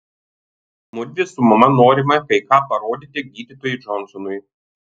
mudvi su mama norime kai ką parodyti gydytojui džonsonui